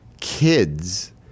kids